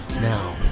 Now